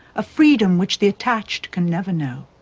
a freedom which the attached can never know.